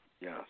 yes